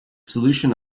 solution